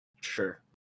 Sure